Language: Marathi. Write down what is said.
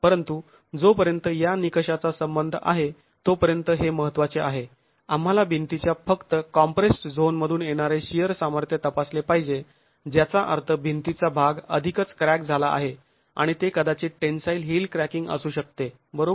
परंतु जोपर्यंत या निकषाचा संबंध आहे तोपर्यंत हे महत्त्वाचे आहे आंम्हाला भिंतीच्या फक्त कॉम्प्रेस्ड् झोन मधून येणारे शिअर सामर्थ्य तपासले पाहिजे ज्याचा अर्थ भिंतीचा भाग आधीच क्रॅक झाला आहे आणि ते कदाचित टेन्साईल हिल क्रॅकिंग असू शकते बरोबर